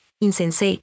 incense